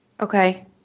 Okay